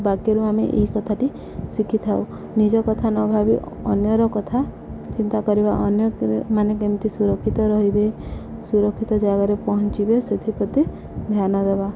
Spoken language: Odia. ବାକ୍ୟରୁ ଆମେ ଏଇ କଥାଟି ଶିଖିଥାଉ ନିଜ କଥା ନ ଭାବି ଅନ୍ୟର କଥା ଚିନ୍ତା କରିବା ଅନ୍ୟ ମାନେ କେମିତି ସୁରକ୍ଷିତ ରହିବେ ସୁରକ୍ଷିତ ଜାଗାରେ ପହଞ୍ଚିବେ ସେଥିପ୍ରତି ଧ୍ୟାନ ଦବା